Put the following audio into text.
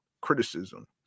criticism